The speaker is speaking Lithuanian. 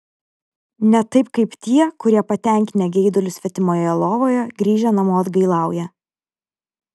ne taip kaip tie kurie patenkinę geidulius svetimoje lovoje grįžę namo atgailauja